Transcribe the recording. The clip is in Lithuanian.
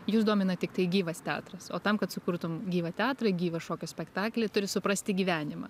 jus domina tiktai gyvas teatras o tam kad sukurtum gyvą teatrą gyvą šokio spektaklį turi suprasti gyvenimą